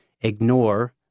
ignore